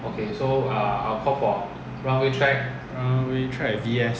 runway track V_S